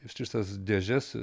ištisas dėžes